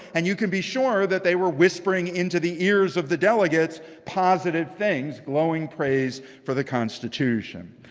and you can be sure that they were whispering into the ears of the delegates positive things, glowing praise for the constitution.